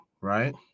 right